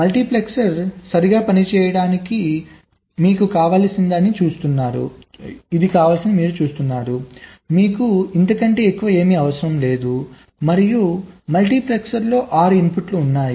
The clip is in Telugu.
మల్టీపెక్సర్ సరిగ్గా పనిచేయడానికి ఇది మీకు కావలసినది అని మీరు చూస్తున్నారు మీకు ఇంతకంటే ఎక్కువ ఏమీ అవసరం లేదు మరియు మల్టీప్లెక్సర్లో 6 ఇన్పుట్లు ఉన్నాయి